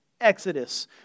exodus